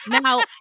Now